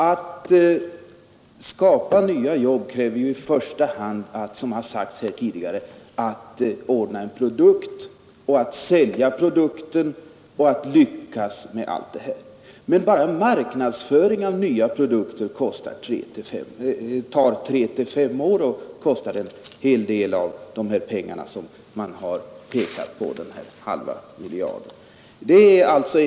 Att ordna nya arbeten kräver i första hand, vilket har sagts här tidigare, att man kan skapa en produkt och sälja den. Men enbart marknadsföring av nya produkter tar tre till fem år och kräver redan det en hel del av den halva miljard som man har talat om.